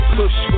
push